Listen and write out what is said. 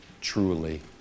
truly